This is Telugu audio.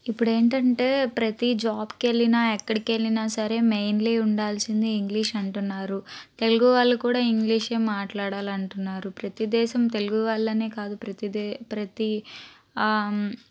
ఇప్పుడేంటంటే ప్రతి జాబ్కు వెళ్ళినా ఎక్కడికెళ్ళినా సరే మెయిన్లీ ఉండాల్సింది ఇంగ్లీష్ అంటున్నారు తెలుగువాళ్ళు కూడా ఇంగ్లీషే మాట్లాడాలంటున్నారు ప్రతి దేశం తెలుగు వాళ్ళనే కాదు ప్రతి దే ప్రతి